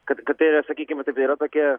kad kad tai yra sakykim tebėra tokia